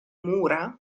mura